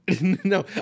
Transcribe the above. No